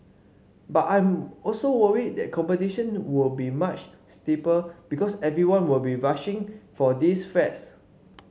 but I'm also worried that competition will be much steeper because everyone will be rushing for these flats